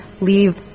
leave